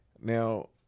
Now